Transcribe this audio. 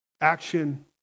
action